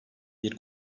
bir